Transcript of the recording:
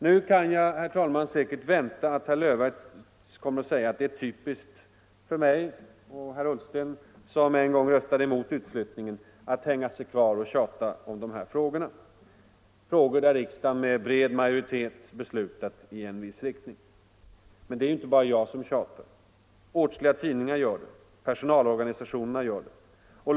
Nu kan jag, herr talman, säkert vänta att herr Löfberg kommer att säga att det är typiskt för mig och herr Ullsten, som en gång röstade emot utflyttningen, att hänga oss kvar och tjata om de här frågorna, frågor där riksdagen med bred majoritet beslutat i en viss riktning. Men det är inte bara jag som tjatar. Åtskilliga tidningar gör det. Personalorganisationerna gör det.